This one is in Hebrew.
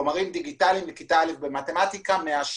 חומרים דיגיטליים לכיתה א' במתמטיקה 100 שקל.